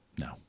No